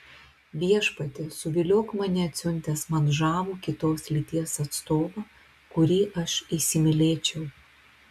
viešpatie suviliok mane atsiuntęs man žavų kitos lyties atstovą kurį aš įsimylėčiau